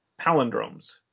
palindromes